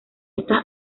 estas